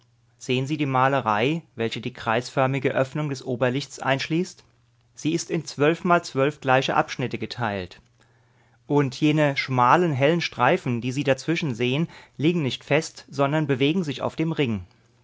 sehen sie die malerei welche die kreisförmige öffnung des oberlichts einschließt sie ist in zwölf mal zwölf gleiche abschnitte geteilt und jene schmalen hellen streifen die sie dazwischen sehen liegen nicht fest sondern bewegen sich auf dem ring